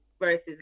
versus